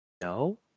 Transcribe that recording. No